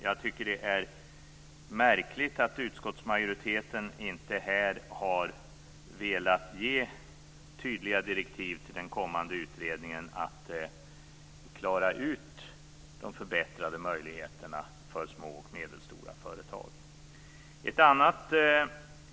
Jag tycker att det är märkligt att utskottsmajoriteten här inte har velat ge tydliga direktiv till den kommande utredningen att klara ut detta med förbättrade möjligheter för små och medelstora företag.